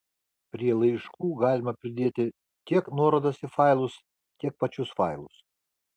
prie laiškų galima pridėti tiek nuorodas į failus tiek pačius failus